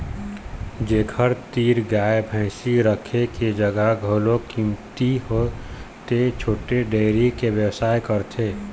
जेखर तीर गाय भइसी राखे के जघा घलोक कमती हे त छोटे डेयरी के बेवसाय करथे